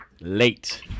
late